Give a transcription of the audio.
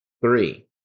Three